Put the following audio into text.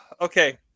okay